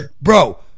Bro